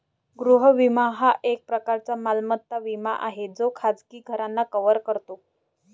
गृह विमा हा एक प्रकारचा मालमत्ता विमा आहे जो खाजगी घरांना कव्हर करतो